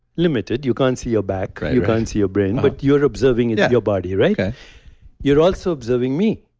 limited. you can't see your back right you can't see your brain, but you're observing in your body, right? okay you're also observing me.